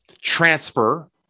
transfer